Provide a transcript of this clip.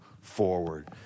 forward